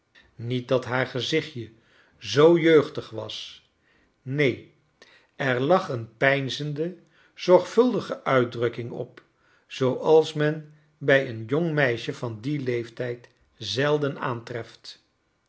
niet dat haar gezichtje zoo jeugdig was neen er lag een peinzende zorgvolle uitdrukking op zooals men bij een jong meisje van dien leeftijd zelden aantreft